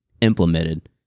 implemented